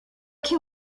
can